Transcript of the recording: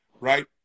right